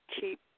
keep